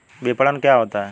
विपणन क्या होता है?